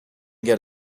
get